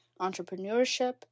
entrepreneurship